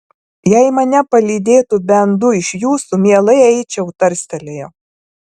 jei mane palydėtų bent du iš jūsų mielai eičiau tarstelėjo